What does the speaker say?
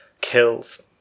kills